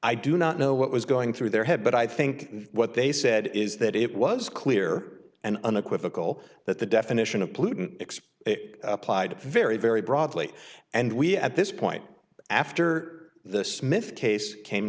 i do not know what was going through their head but i think what they said is that it was clear and unequivocal that the definition of pollutant explain it applied very very broadly and we at this point after the smith case came